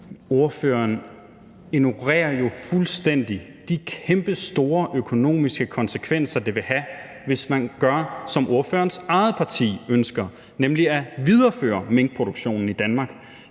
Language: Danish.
Ordføreren ignorerer jo fuldstændig de kæmpestore økonomiske konsekvenser, det vil få, hvis man gør det, som ordførerens eget parti ønsker, nemlig viderefører minkproduktionen i Danmark.